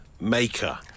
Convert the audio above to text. Maker